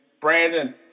Brandon